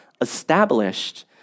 established